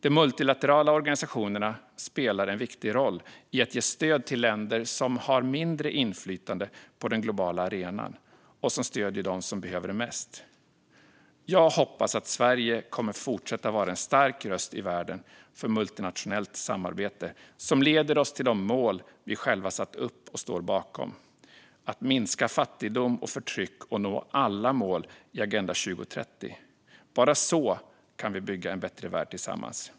De multilaterala organisationerna spelar en viktig roll i att ge stöd till länder som har mindre inflytande på den globala arenan och till dem som behöver det mest. Jag hoppas att Sverige kommer att fortsätta att vara en stark röst i världen för multinationellt samarbete som leder oss till de mål vi själva satt upp och står bakom: att minska fattigdom och förtryck och att nå alla mål i Agenda 2030. Bara så kan vi bygga en bättre värld tillsammans.